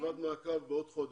ישיבת מעקב בעוד חודש.